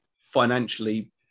financially